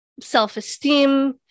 self-esteem